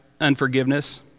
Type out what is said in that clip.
unforgiveness